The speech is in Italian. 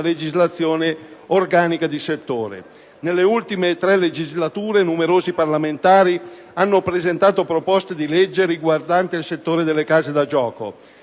legislazione organica di settore. Nelle ultime tre legislature numerosi parlamentari hanno presentato proposte di legge riguardanti il settore delle case da gioco.